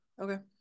okay